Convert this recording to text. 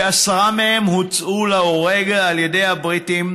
שעשרה מהם הוצאו להורג על ידי הבריטים